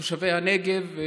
את תושבי הנגב,